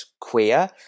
queer